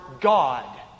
God